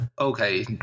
okay